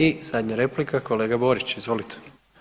I zadnja replika kolega Borić, izvolite.